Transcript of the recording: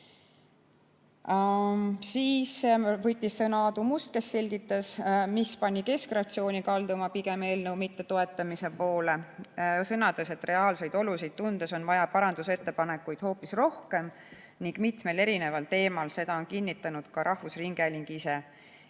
Siis võttis sõna Aadu Must, kes selgitas, mis pani keskfraktsiooni kalduma pigem eelnõu mittetoetamise poole, sõnades, et reaalseid olusid tundes on vaja parandusettepanekuid hoopis rohkem ning mitmel teemal. Seda on kinnitanud ka rahvusringhääling ise.